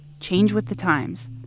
change with the times,